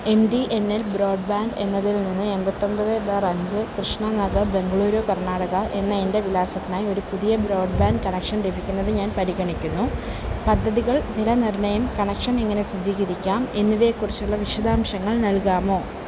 M T N L broadband എന്നതിൽ നിന്ന് എൺപത്തി ഒൻപത് ബാർ അഞ്ച് കൃഷ്ണ നഗർ ബെംഗളൂരു കർണ്ണാടക എന്ന എൻ്റെ വിലാസത്തിനായി ഒരു പുതിയ ബ്രോഡ് ബാൻഡ് കണക്ഷൻ ലഭിക്കുന്നത് ഞാൻ പരിഗണിക്കുന്നു പദ്ധതികൾ വില നിർണ്ണയം കണക്ഷൻ എങ്ങനെ സജ്ജീകരിക്കാം എന്നിവയെക്കുറിച്ചുള്ള വിശദാംശങ്ങൾ നൽകാമോ